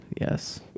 yes